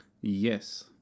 Yes